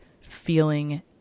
feeling